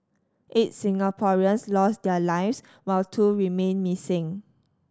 eight Singaporeans lost their lives while two remain missing